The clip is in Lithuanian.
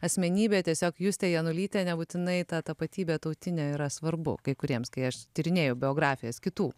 asmenybė tiesiog justė janulytė nebūtinai ta tapatybė tautinė yra svarbu kai kuriems kai aš tyrinėju biografijas kitų